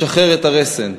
לשחרר את הרסן.